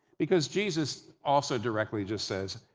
because jesus also directly just says,